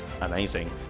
Amazing